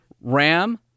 Ram